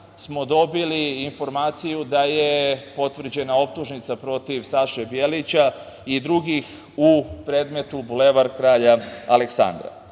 smo dobili i informaciju da je potvrđena optužnica protiv Saše Bjelića i drugih u predmetu Bulevar Kralja Aleksandra. Takođe